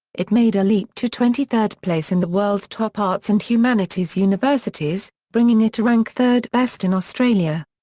it made a leap to twenty third place in the world's top arts and humanities universities, bringing it to rank third best in australia.